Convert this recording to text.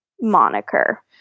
moniker